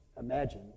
imagine